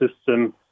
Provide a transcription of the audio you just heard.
system